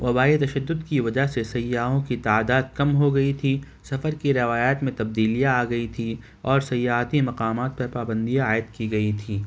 وبائی تشدد کی وجہ سے سیاحوں کی تعداد کم ہو گئی تھی سفر کی روایات میں تبدیلیاں آ گئی تھی اور سیاحاتی مقامات پر پابندیاں عائد کی گئی تھی